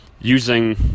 using